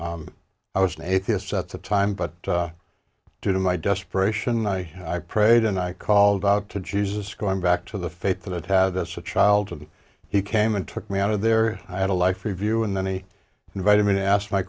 apart i was an atheist at the time but due to my desperation i i prayed and i called out to jesus going back to the faith that had as a child of the he came and took me out of there i had a life review and then he invited me to ask my